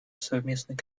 совместной